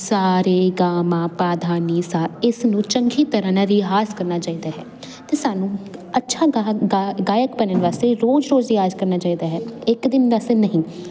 ਸਾਰੇ ਗਾ ਮਾ ਪਾ ਧਾ ਨੀ ਸਾ ਇਸ ਨੂੰ ਚੰਗੀ ਤਰ੍ਹਾਂ ਨਾਲ ਰਿਆਜ਼ ਕਰਨਾ ਚਾਹੀਦਾ ਹੈ ਅਤੇ ਸਾਨੂੰ ਅੱਛਾ ਗਾਇਕ ਬਣਨ ਵਾਸਤੇ ਰੋਜ਼ ਰੋਜ਼ ਰਿਆਜ਼ ਕਰਨਾ ਚਾਹੀਦਾ ਹੈ ਇੱਕ ਦਿਨ ਵਾਸਤੇ ਨਹੀਂ